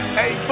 hey